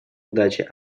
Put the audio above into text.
удачи